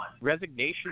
resignation